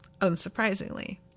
unsurprisingly